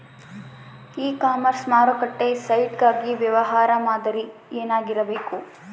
E commerce ಮಾರುಕಟ್ಟೆ site ಗಾಗಿ ವ್ಯವಹಾರ ಮಾದರಿ ಏನಾಗಿರಬೇಕು?